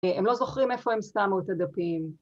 הם לא זוכרים איפה הם שמו את הדפים